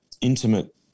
intimate